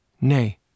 nay